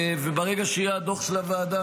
וברגע שיהיה דוח של הוועדה,